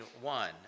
one